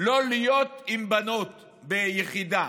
לא להיות עם בנות ביחידה.